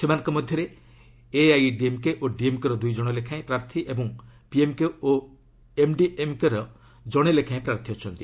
ସେମାନଙ୍କ ମଧ୍ୟରେ ଏଆଇଏଡିଏମ୍କେ ଓ ଡିଏମ୍କେର ଦୁଇ ଜଣ ଲେଖାଏଁ ପ୍ରାର୍ଥୀ ଓ ପିଏମ୍କେ ଓ ଏମ୍ଡିଏମ୍କେର ଜଣେ ଲେଖାଏଁ ପ୍ରାର୍ଥୀ ଅଛନ୍ତି